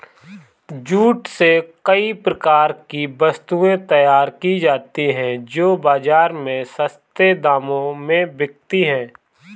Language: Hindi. जूट से कई प्रकार की वस्तुएं तैयार की जाती हैं जो बाजार में सस्ते दामों में बिकती है